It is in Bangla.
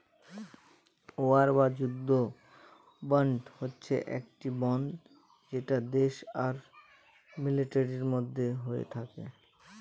ওয়ার বা যুদ্ধ বন্ড হচ্ছে একটি বন্ড যেটা দেশ আর মিলিটারির মধ্যে হয়ে থাকে